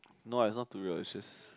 no eh is not too real is just